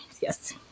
Yes